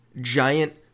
giant